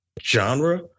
genre